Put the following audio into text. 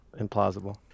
implausible